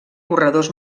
corredors